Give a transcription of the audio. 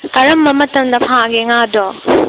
ꯀꯔꯝꯕ ꯃꯇꯝꯗ ꯐꯥꯒꯦ ꯉꯥꯗꯣ